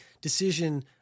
decision